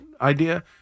idea